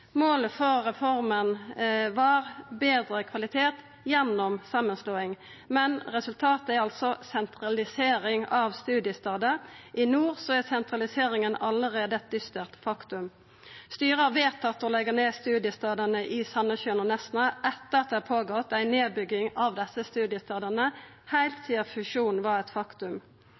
Målet for reforma var betre kvalitet gjennom samanslåing, men resultatet er altså sentralisering av studiestader. I nord er sentraliseringa allereie eit dystert faktum. Styret har vedtatt å leggja ned studiestadene i Sandnessjøen og Nesna etter at det har pågått ei nedbygging av desse studiestadene heilt sidan fusjonen var eit faktum.